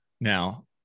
now